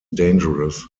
dangerous